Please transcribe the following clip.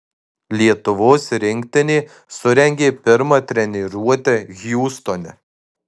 lietuvos rinktinė surengė pirmą treniruotę hjustone